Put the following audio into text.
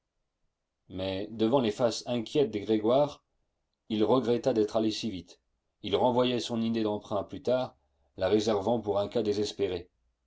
mais devant les faces inquiètes des grégoire il regretta d'être allé si vite il renvoya son idée d'emprunt à plus tard la réservant pour un cas désespéré